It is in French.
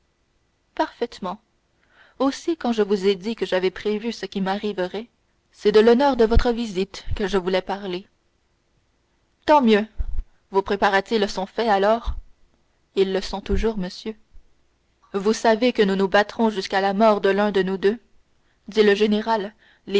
parfaitement aussi quand je vous ai dit que j'avais prévu ce qui m'arrivait c'est de l'honneur de votre visite que je voulais parler tant mieux vos préparatifs sont faits alors ils le sont toujours monsieur vous savez que nous nous battrons jusqu'à la mort de l'un de nous deux dit le général